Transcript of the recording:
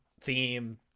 theme